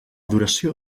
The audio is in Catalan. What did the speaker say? duració